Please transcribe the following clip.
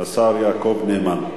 השר יעקב נאמן.